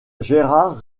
gérard